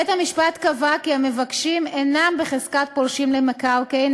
בית-המשפט קבע כי המבקשים אינם בחזקת פולשים למקרקעין,